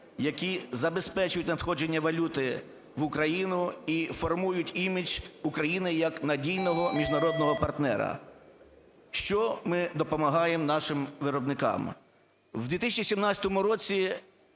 які забезпечують надходження валюти в Україну і формують імідж України як надійного міжнародного партнера. Що ми допомагаємо нашим виробникам? У 2017 році